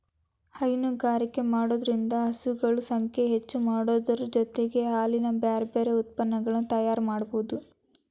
ಹೈನುಗಾರಿಕೆ ಮಾಡೋದ್ರಿಂದ ಹಸುಗಳ ಸಂಖ್ಯೆ ಹೆಚ್ಚಾಮಾಡೋದರ ಜೊತೆಗೆ ಹಾಲಿನ ಬ್ಯಾರಬ್ಯಾರೇ ಉತ್ಪನಗಳನ್ನ ತಯಾರ್ ಮಾಡ್ಬಹುದು